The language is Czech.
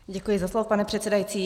Děkuji za slovo, pane předsedající.